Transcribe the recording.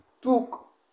took